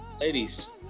Ladies